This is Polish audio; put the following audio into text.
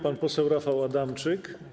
Pan poseł Rafał Adamczyk.